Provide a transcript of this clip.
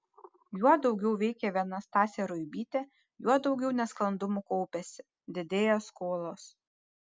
juo daugiau veikia viena stasė ruibytė juo daugiau nesklandumų kaupiasi didėja skolos